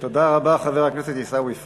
תודה רבה, חבר הכנסת עיסאווי פריג'.